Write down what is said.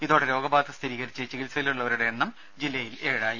ഇതോടെ രോഗബാധ സ്ഥിരീകരിച്ച് ചികിത്സയിലുള്ളവരുടെ എണ്ണം ഏഴായി